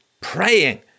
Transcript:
praying